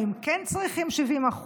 האם כן צריכים 70%,